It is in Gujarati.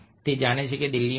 તે જાણે છે કે દિલ્હીમાં એમ